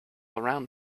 around